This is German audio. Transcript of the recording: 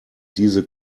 diese